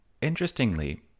interestingly